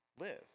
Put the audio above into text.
live